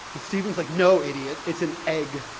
steven's like, no, idiot, it's an egg.